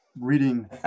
reading